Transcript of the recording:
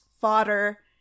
fodder